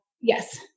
yes